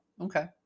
okay